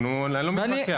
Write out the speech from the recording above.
אני לא מתווכח.